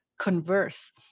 converse